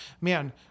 man